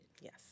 Yes